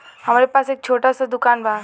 हमरे पास एक छोट स दुकान बा